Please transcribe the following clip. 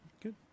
Good